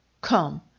Come